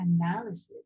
analysis